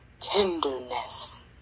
tenderness